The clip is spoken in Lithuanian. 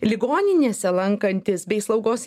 ligoninėse lankantys bei slaugos